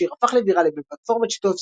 השיר הפך לוויראלי בפלטפורמת שיתוף